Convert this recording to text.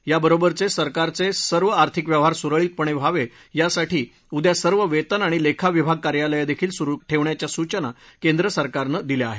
याबरोबरचे सरकारचे सर्व आर्थिक व्यवहार सुरळितपणे व्हावे यासाठी उद्या सर्व वेतन आणि लेखा विभाग कार्यालयं देखील सुरु ठेवण्याच्या सूचना केंद्र सरकारनं दिल्या आहेत